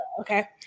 Okay